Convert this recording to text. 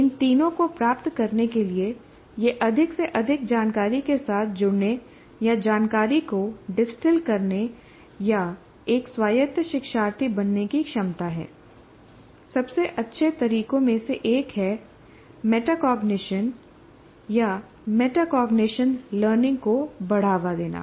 इन तीनों को प्राप्त करने के लिए यह अधिक से अधिक जानकारी के साथ जुड़ने या जानकारी को डिस्टिल करने या एक स्वायत्त शिक्षार्थी बनने की क्षमता है सबसे अच्छे तरीकों में से एक है मेटाकॉग्निशनमेटाकॉग्निशन लर्निंग को बढ़ावा देना